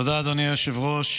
תודה, אדוני היושב-ראש.